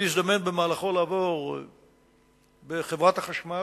לי הזדמן במהלכו לעבור בחברת החשמל,